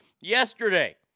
Yesterday